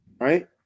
right